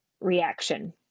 reaction